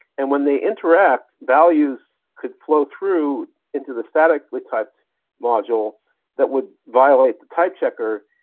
and when they interact, values could flow through into the statically typed module that would violate the type checker,